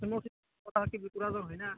হয়নে